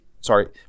sorry